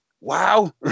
Wow